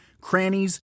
crannies